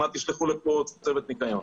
תשלחו לפה צוות ניקיון.